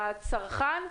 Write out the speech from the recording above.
לצרכן?